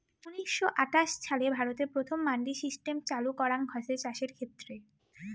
উনিশশো আটাশ ছালে ভারতে প্রথম মান্ডি সিস্টেম শুরু করাঙ হসে চাষের ক্ষেত্রে